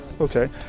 okay